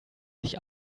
sich